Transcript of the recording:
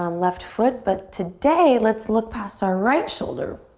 um left foot. but today, let's look past our right shoulder.